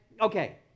Okay